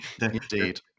Indeed